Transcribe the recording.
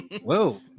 Whoa